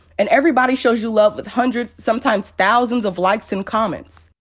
and everybody shows you love with hundreds sometimes thousands of likes and comments.